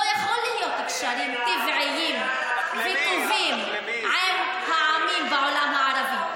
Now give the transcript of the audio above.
לא יכולים להיות קשרים טבעיים וטובים עם העמים בעולם הערבי.